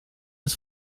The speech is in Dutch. het